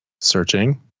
Searching